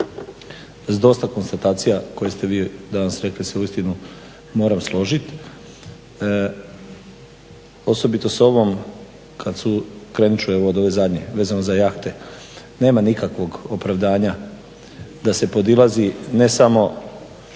s dosta konstatacija koje ste vi danas rekli se uistinu moram složiti, osobito s ovom krenut ću od ove zadnje vezano za jahte, nema nikakvog opravdanja da se podilazi ne samo